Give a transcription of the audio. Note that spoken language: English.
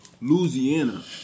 Louisiana